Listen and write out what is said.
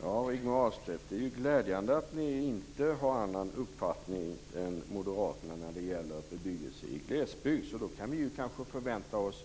Herr talman! Det är glädjande att Rigmor Ahlstedt inte har någon annan uppfattning än moderaterna när det gäller bebyggelse i glesbygd. Då kanske vi i voteringen i kammaren i dag kan förvänta oss